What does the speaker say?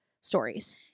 stories